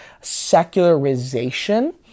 secularization